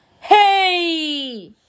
Hey